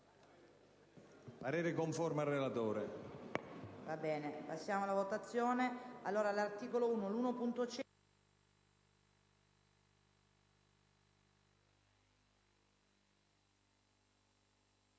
parere conforme al relatore